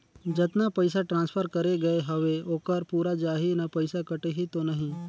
जतना पइसा ट्रांसफर करे गये हवे ओकर पूरा जाही न पइसा कटही तो नहीं?